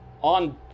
on